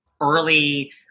early